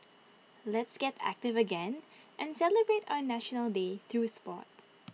let's get active again and celebrate our National Day through Sport